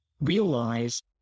realize